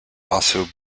also